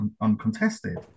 uncontested